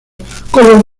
con